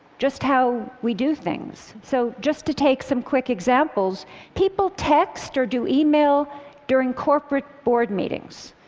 just how we do things. so just to take some quick examples people text or do email during corporate board meetings.